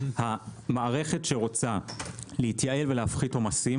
המערכת שרוצה להתייעל ולהפחית עומסים,